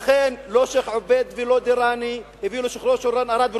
לא שיח' עובייד ולא דיראני הביאו לשחרורו של רון ארד,